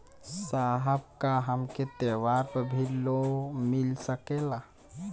साहब का हमके त्योहार पर भी लों मिल सकेला?